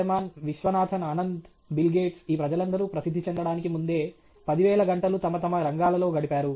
Rahman Viswanathan Anand Bill Gates ఈ ప్రజలందరూ ప్రసిద్ధి చెందడానికి ముందే 10000 గంటలు తమ తమ రంగాలలో గడిపారు